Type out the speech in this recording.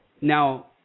Now